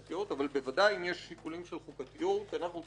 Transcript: אבל אם יש שיקולים של חוקתיות ודאי, אנחנו צריכים